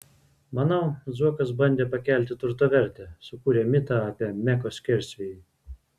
manau zuokas bandė pakelti turto vertę sukūrė mitą apie meko skersvėjį